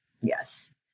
Yes